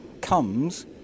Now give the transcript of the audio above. comes